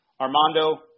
Armando